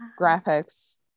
graphics